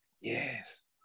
Yes